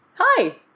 Hi